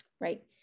right